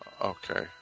Okay